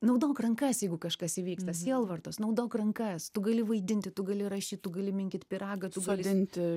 naudok rankas jeigu kažkas įvyksta sielvartas naudok rankas tu gali vaidinti tu gali rašyti gali minkyti pyragą tu gali sodinti